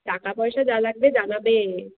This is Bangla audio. টাকা পয়সা যা লাগবে জানাবে